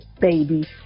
baby